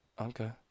Okay